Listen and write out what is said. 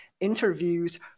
interviews